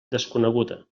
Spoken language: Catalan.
desconeguda